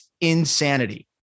insanity